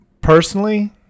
Personally